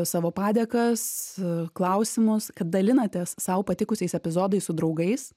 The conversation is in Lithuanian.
savo padėkas klausimus kad dalinatės sau patikusiais epizodai su draugais